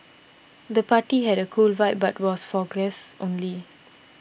the party had a cool vibe but was for guests only